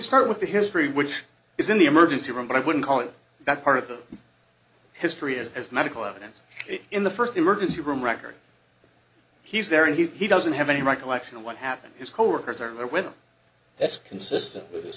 with the history which is in the emergency room but i wouldn't call it that part of the history of his medical evidence in the first emergency room record he's there and he doesn't have any recollection of what happened his coworkers are there with him that's consistent with